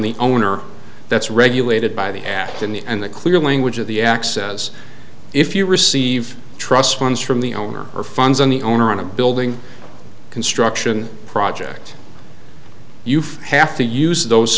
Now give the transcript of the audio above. the owner that's regulated by the act in the and the clear language of the access if you receive trust funds from the owner or funds on the owner on a building construction project you've have to use those